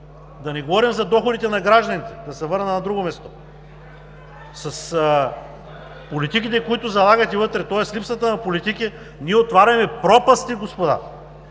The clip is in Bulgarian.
Да не говорим за доходите на гражданите, да се върна на друго място. С политики, които залагате вътре, тоест липсата на политики ние отваряме пропасти, господа,